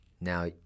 Now